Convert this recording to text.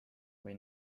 või